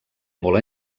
molt